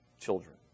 children